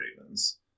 Ravens